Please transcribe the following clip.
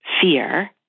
fear